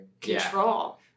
control